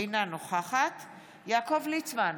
אינה נוכחת יעקב ליצמן,